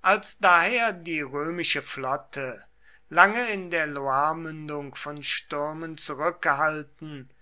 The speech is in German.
als daher die römische flotte lange in der loiremündung von stürmen zurückgehalten